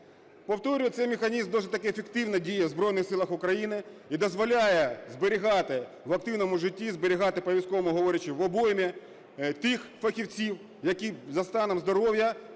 Повторюю, цей механізм досить таки ефективно діє в Збройних Силах України і дозволяє зберігати в активному житті і зберігати, по-військовому говорячи, в обоймі тих фахівців, які за станом здоров'я